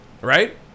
right